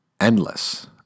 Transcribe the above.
endless